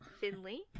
Finley